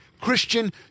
Christian